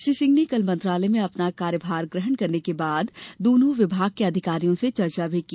श्री सिंह कल मंत्रालय में अपना कार्यभार ग्रहण करने के बाद दोनों विभाग के अधिकारियों से चर्चा भी की